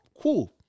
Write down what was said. cool